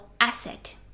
asset